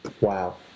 Wow